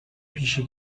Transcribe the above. پیشی